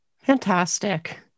Fantastic